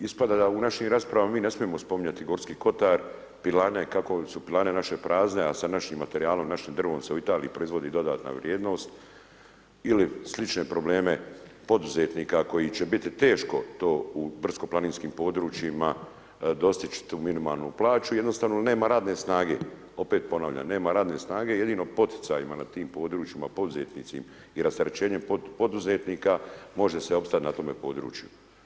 Ispada da u našim raspravama mi ne smijemo spominjati Gorski Kotar, Pilane, Kakovicu Pilane, naše prazne, a sa našim materijalom i našim drvom se u Italiji proizvodi dodatna vrijednost, ili slične probleme poduzetnika koji će biti teško to u brdsko-planinskim područjima dostići tu minimalnu plaću, jednostavno nema radne snage, opet ponavljam nema radne snage, jedino poticajima na tim područjima poduzetnicima i rasterećenje poduzetnika može se opstati na tom području.